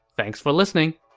thanks for listening!